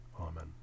Amen